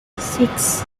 six